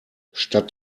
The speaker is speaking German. statt